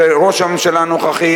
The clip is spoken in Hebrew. זה ראש הממשלה הנוכחי,